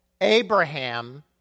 Abraham